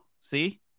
see